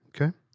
okay